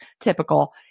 typical